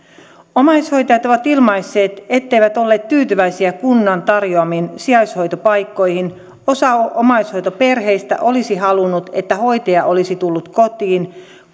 omaishoitajat ovat ilmaisseet etteivät olleet tyytyväisiä kunnan tarjoamiin sijaishoitopaikkoihin osa omaishoitoperheistä olisi halunnut että hoitaja olisi tullut kotiin